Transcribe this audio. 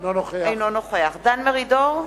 אינו נוכח דן מרידור,